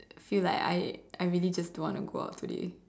feel like I I really just don't want to go out today